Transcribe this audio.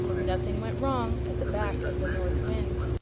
nothing went wrong at the back of the north wind.